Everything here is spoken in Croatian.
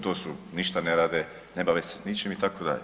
To su ništa ne rade, ne bave se ničim, itd.